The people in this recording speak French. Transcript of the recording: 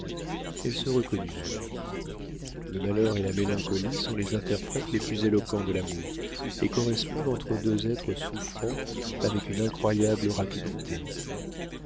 elle se reconnut en lui le malheur et la mélancolie sont les interprètes les plus éloquents de l'amour et correspondent entre deux êtres souffrants avec une incroyable rapidité